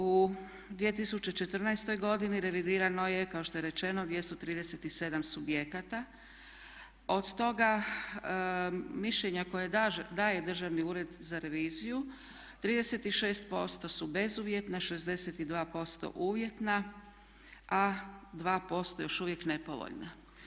U 2014.godini revidirano je kao što je rečeno 237 subjekata od toga mišljenja koje daje Državni ured za reviziju 36% su bezuvjetna, 62% uvjetna a 2% još uvijek nepovoljna.